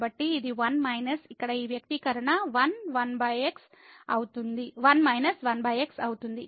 కాబట్టి ఇది 1 మైనస్ ఇక్కడ ఈ వ్యక్తీకరణ 1−1x అవుతుంది